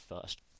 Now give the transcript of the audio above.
first